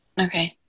Okay